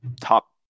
top